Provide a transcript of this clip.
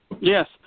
Yes